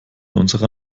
unserer